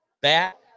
bat